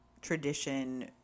tradition